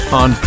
on